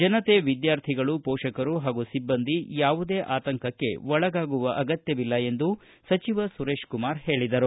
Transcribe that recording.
ಜನತೆ ವಿದ್ವಾರ್ಥಿಗಳು ಪೋಷಕರು ಹಾಗೂ ಸಿಬ್ಬಂದಿ ಯಾವುದೇ ಆತಂಕಕ್ಕೆ ಒಳಗಾಗುವ ಅಗತ್ಯವಿಲ್ಲ ಎಂದು ಸಚಿವ ಸುರೇಶಕುಮಾರ ಹೇಳಿದರು